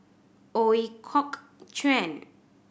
Ooi Kok Chuen